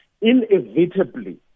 inevitably